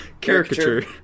Caricature